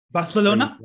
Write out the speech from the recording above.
Barcelona